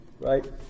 Right